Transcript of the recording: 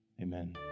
amen